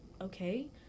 okay